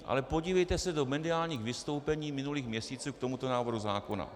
Ale podívejte se do mediálních vystoupení v minulých měsících k tomuto návrhu zákona.